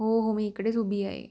हो हो मी इकडेच उभी आहे